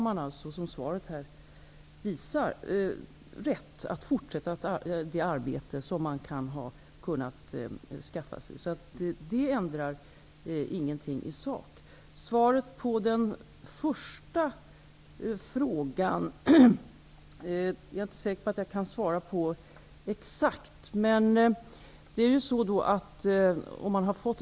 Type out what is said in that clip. Man har då, som svaret visade, rätt att fortsätta med det arbete som man kan ha skaffat sig. Det ändrar således ingenting i sak. Jag är inte säker att jag kan svara exakt på den första frågan.